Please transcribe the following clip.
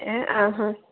आ हा